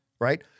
Right